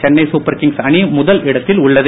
Chennai super kings அணி முதல் இடத்தில் உள்ளது